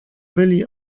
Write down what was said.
byli